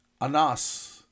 Anas